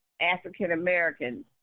African-Americans